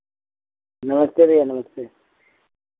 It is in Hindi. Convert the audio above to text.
नमस्ते भैया नमस्ते